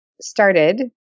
started